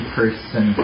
person